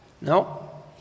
No